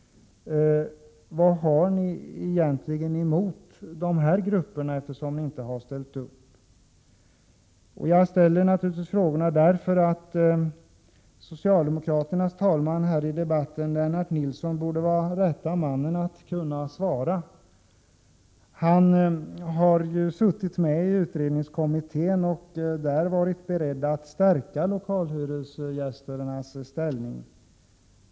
Vad har ni egentligen emot dessa grupper? Jag ställer frågorna, därför att socialdemokraternas talesman i debatten, Lennart Nilsson, borde vara rätta mannen att kunna svara. Han har suttit med i utredningskommittén och där varit beredd att stärka lokalhyresgästernassställning.